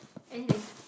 anything